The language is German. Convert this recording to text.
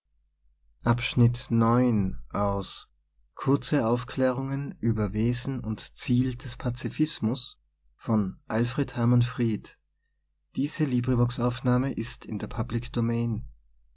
kurze aufklärungen über wesen und ziel des pazifismus